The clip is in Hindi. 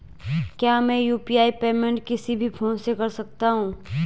क्या मैं यु.पी.आई पेमेंट किसी भी फोन से कर सकता हूँ?